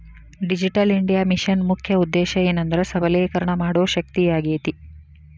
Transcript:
digital India ಮಿಷನ್ನ ಮುಖ್ಯ ಉದ್ದೇಶ ಏನೆಂದ್ರ ಸಬಲೇಕರಣ ಮಾಡೋ ಶಕ್ತಿಯಾಗೇತಿ